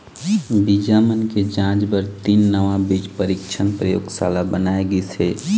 बीजा मन के जांच बर तीन नवा बीज परीक्छन परयोगसाला बनाए गिस हे